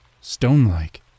stone-like